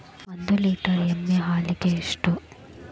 ಒಂದು ಲೇಟರ್ ಎಮ್ಮಿ ಹಾಲಿಗೆ ಎಷ್ಟು?